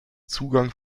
zugang